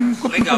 מקובל עלי.